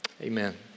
amen